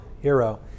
hero